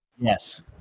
Yes